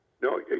No